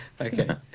Okay